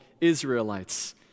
Israelites